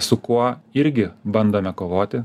su kuo irgi bandome kovoti